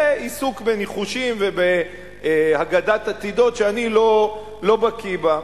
זה עיסוק בניחושים ובהגדת עתידות שאני לא בקי בה,